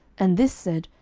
and this said,